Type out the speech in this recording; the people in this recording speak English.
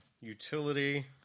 Utility